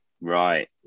Right